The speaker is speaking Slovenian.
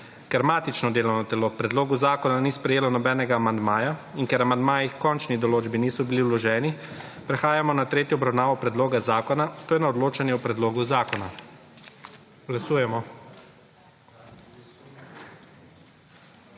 Ker matično delovno telo k predlogu zakona ni sprejelo nobenega amandmaja in ker amandmaji h končni določbi niso bili vloženi, prehajamo na tretjo obravnavo predloga zakona, to je na odločanje o predlogu zakona. Glasujemo.